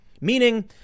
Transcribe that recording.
meaning